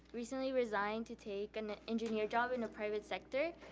recently, resigned to take and an engineer job in a private sector,